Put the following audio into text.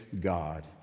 God